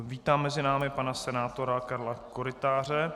Vítám mezi námi pana senátora Karla Korytáře.